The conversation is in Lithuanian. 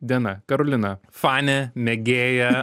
diena karolina fanė mėgėja